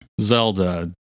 Zelda